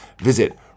Visit